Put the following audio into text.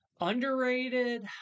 underrated